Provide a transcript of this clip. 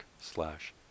slash